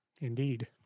Indeed